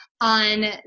on